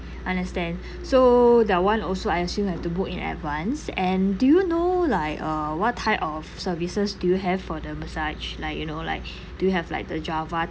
understand so that [one] also I assume I have to book in advance and do you know like uh what type of services do you have for the massage like you know like do you have like the java